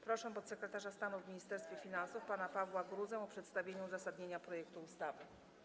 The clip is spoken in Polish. Proszę podsekretarza stanu w Ministerstwie Finansów pana Pawła Gruzę o przedstawienie uzasadnienia projektu ustawy.